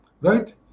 right